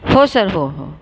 हो सर हो हो